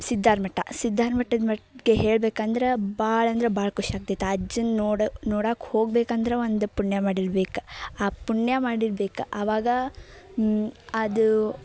ಸಿದ್ದಾರಮಠ ಸಿದ್ದಾರಮಠದ ಮಟ್ಟಿಗೆ ಹೇಳ್ಬೇಕಂದ್ರೆ ಭಾಳ ಅಂದ್ರೆ ಭಾಳ ಖುಷಿ ಆಗ್ತೈತೆ ಆ ಅಜ್ಜನ ನೋಡ ನೋಡಕ್ಕ ಹೋಗ್ಬೇಕಂದ್ರೆ ಒಂದು ಪುಣ್ಯ ಮಾಡಿರ್ಬೇಕು ಆ ಪುಣ್ಯ ಮಾಡಿರ್ಬೇಕು ಅವಾಗ ಅದು